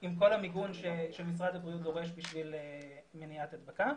עם כל המיגון שמשרד הבריאות דורש בשביל מניעת הדבקה.